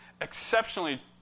exceptionally